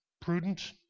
prudent